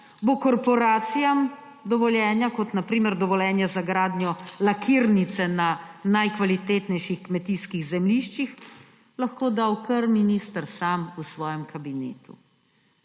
bo korporacijam dovoljenja kot na primer dovoljenje za gradnjo lakirnice na najkvalitetnejših kmetijskih zemljiščih lahko dal kar minister sam v svojem kabinetu.